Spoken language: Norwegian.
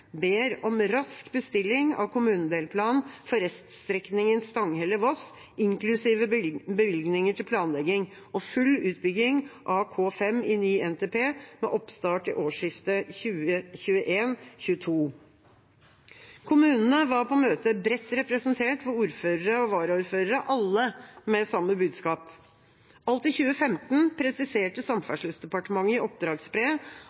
ber om rask bestilling av kommunedelplan for reststrekningen Stanghelle–Voss, inklusive bevilgninger til planlegging, og full utbygging av K5 i ny NTP, med oppstart ved årsskiftet 2021/2022. Kommunene var på møtet bredt representert ved ordførere og varaordførere, alle med samme budskap. Alt i 2015 presiserte